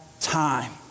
time